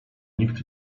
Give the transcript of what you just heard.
nikt